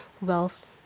wealth